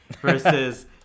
versus